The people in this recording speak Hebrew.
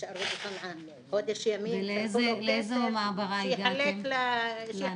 כשנשארו בצנעא חודש ימים שלחו לו כסף שיחלק לעניים.